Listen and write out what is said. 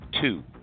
two